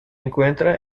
encuentra